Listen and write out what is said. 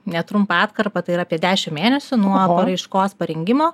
netrumpą atkarpą tai yra apie dešimt mėnesių nuo paraiškos parengimo